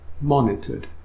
monitored